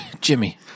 Jimmy